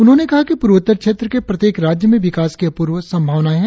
उन्होंने कहा कि पूर्वोत्तर क्षेत्र के प्रत्येक राज्य में विकास की अपूर्व संभावनाएं हैं